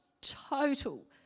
total